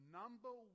number